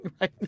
right